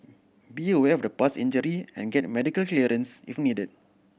be aware of past injury and get medical clearance if needed